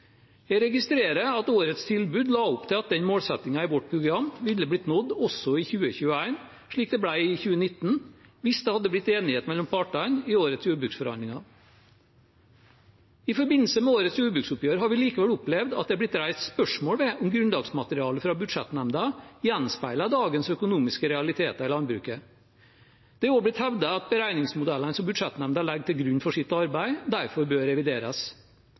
Jeg registrerer at årets tilbud la opp til at den målsettingen i vårt program ville blitt nådd også i 2021, slik den ble i 2019, hvis det hadde blitt enighet mellom partene i årets jordbruksforhandlinger. I forbindelse med årets jordbruksoppgjør har vi likevel opplevd at det har blitt reist spørsmål ved om grunnlagsmaterialet fra budsjettnemnda gjenspeiler dagens økonomiske realiteter i landbruket. Det har også blitt hevdet at beregningsmodellene som budsjettnemnda legger til grunn for sitt arbeid, derfor bør revideres.